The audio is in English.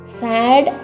sad